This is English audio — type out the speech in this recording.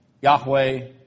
Yahweh